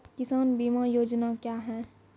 किसान बीमा योजना क्या हैं?